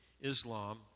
islam